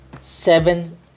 seven